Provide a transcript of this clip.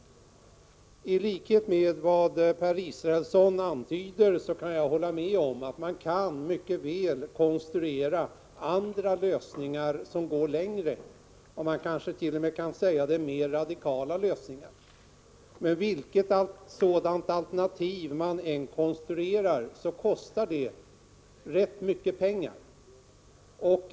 Per Israelsson antydde — och jag kan hålla med om det — att man mycket väl kan konstruera andra lösningar som går längre, ja, mer radikala lösningar, kanske man t.o.m. kan säga. Men vilket sådant alternativ man än konstruerar kostar det rätt mycket pengar.